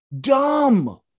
dumb